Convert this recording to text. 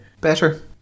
better